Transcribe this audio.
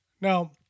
Now